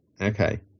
Okay